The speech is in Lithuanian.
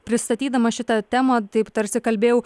pristatydama šitą temą taip tarsi kalbėjau